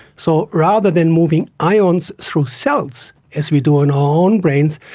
so rather than moving ions through cells as we do in own brains,